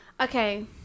okay